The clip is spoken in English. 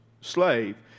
slave